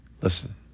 Listen